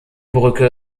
brücke